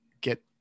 get